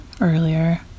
earlier